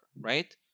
right